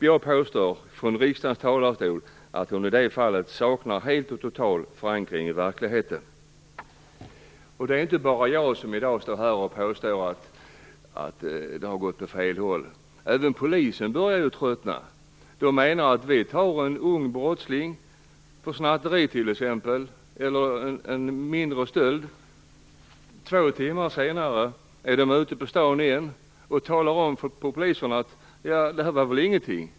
Jag påstår från riksdagens talarstol att hon i det fallet helt saknar förankring i verkligheten. Det är inte bara jag som påstår att utvecklingen har gått åt fel håll - även polisen börjar ju tröttna. De tar en ung brottsling för t.ex. snatteri eller en mindre stöld. Två timmar senare är brottslingen ute på stan och säger: Det var väl ingenting!